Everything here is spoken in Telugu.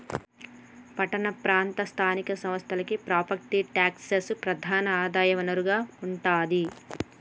పట్టణ ప్రాంత స్థానిక సంస్థలకి ప్రాపర్టీ ట్యాక్సే ప్రధాన ఆదాయ వనరుగా ఉంటాది